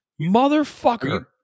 motherfucker